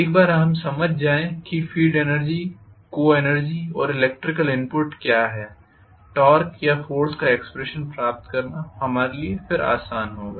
एक बार हम समझ जाए कि फील्ड एनर्जी को एनर्जी और इलेक्ट्रिकल इनपुट क्या है टॉर्क या फोर्स का एक्सप्रेशन प्राप्त करना हमारे लिए आसान होगा